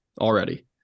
already